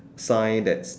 sign that's